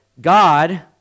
God